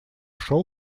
ушел